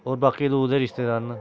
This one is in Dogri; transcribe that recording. होर बाकी दूर दे रिश्तेदार न